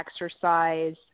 exercise